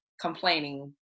complaining